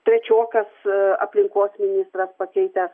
trečiokas aplinkos ministras pakeitęs